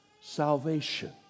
salvation